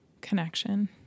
connection